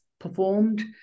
performed